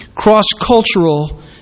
cross-cultural